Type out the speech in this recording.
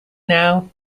now